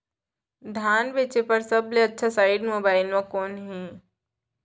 धान बेचे बर सबले अच्छा साइट मोबाइल म कोन हे?